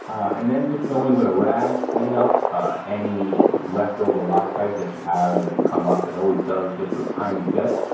and then just go in with a rag, clean up any leftover loctite that you have that has come up, it always does just a tiny bit.